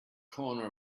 corner